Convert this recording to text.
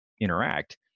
interact